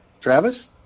travis